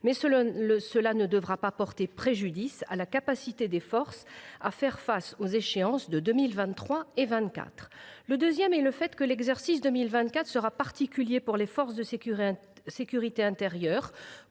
mais cela ne devra pas porter préjudice à la capacité des forces à faire face aux échéances de 2023 et 2024. La deuxième tient au fait que l’exercice 2024 sera particulier pour les forces de sécurité intérieure,